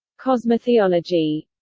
cosmotheology